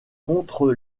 contre